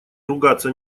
ругаться